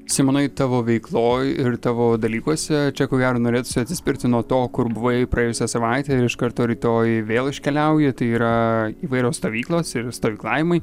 simonai tavo veikloj ir tavo dalykuose čia ko gero norėtųsi atsispirti nuo to kur buvai praėjusią savaitę ir iš karto rytoj vėl iškeliauji tai yra įvairios stovyklos ir stovyklavimai